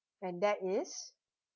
and that is